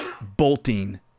bolting